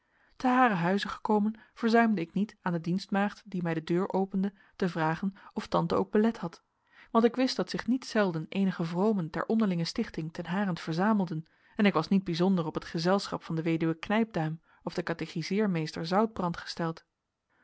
ten haren huize gekomen verzuimde ik niet aan de dienstmaagd die mij de deur opende te vragen of tante ook belet had want ik wist dat zich niet zelden eenige vromen ter onderlinge stichting ten harent verzamelden en ik was niet bijzonder op het gezelschap van de weduwe knijpduim of den catechiseermeester zoutbrand gesteld